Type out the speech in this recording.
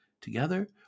Together